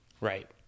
Right